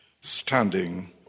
standing